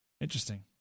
Interesting